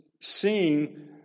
seeing